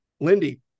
Lindy